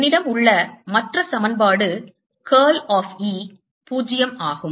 என்னிடம் உள்ள மற்ற சமன்பாடு curl of E 0 ஆகும்